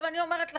אני אומרת לכם,